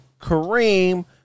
Kareem